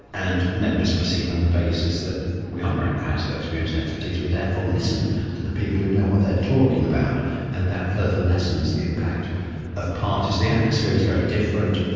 and members proceed on the basis that we are a house of experience and expertise we therefore listen to the people who know what they're talking about and that further lessens the impact of parties. the atmosphere is very different,